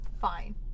fine